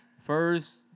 First